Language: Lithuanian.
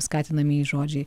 skatinamieji žodžiai